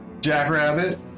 Jackrabbit